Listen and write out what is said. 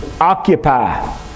occupy